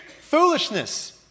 Foolishness